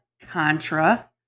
Contra